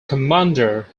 commander